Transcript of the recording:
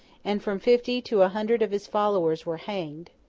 and from fifty to a hundred of his followers were hanged.